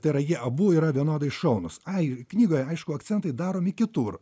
tai yra jie abu yra vienodai šaunūs ai knygoje aišku akcentai daromi kitur